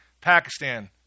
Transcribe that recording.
Pakistan